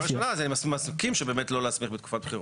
אבל בתקופה ראשונה --- לא להסמיך בתקופת בחירות.